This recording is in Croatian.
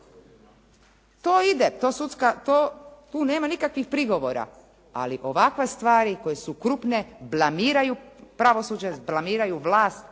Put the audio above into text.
To ide, tu nema nikakvih prigovora. Ali ovakve stvari koje su krupne blamiraju pravosuđe, blamiraju vlast